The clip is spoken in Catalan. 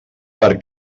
per